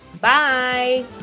Bye